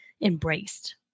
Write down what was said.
embraced